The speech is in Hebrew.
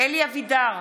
אלי אבידר,